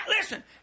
listen